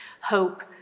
hope